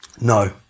No